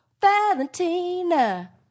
Valentina